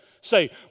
say